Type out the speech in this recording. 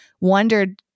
wondered